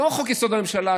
לא חוק-יסוד: הממשלה,